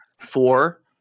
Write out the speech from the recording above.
four